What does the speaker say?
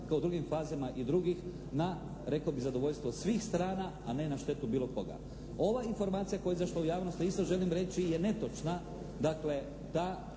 kao drugim fazama i drugih na, rekao bih, zadovoljstvo svih strana, a ne na štetu bilo koga. Ova informacija koja je izašla u javnost, to isto želim reći, je netočna. Dakle, da